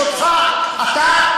אם תסכים ותדבר בצורה תרבותית,